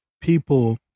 people